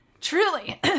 Truly